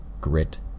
grit